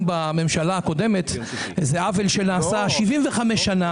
על הממשלה הקודמת זה עוול שנעשה 75 שנה